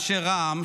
אנשי רע"מ,